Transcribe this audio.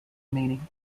meaning